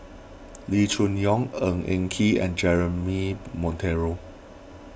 Loo Choon Yong Ng Eng Kee and Jeremy Monteiro